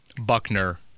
Buckner